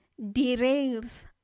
derails